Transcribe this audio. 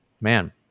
man